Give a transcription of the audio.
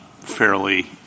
fairly